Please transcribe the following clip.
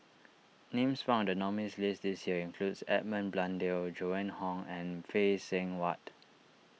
names found in the nominees' list this year includes Edmund Blundell Joan Hon and Phay Seng Whatt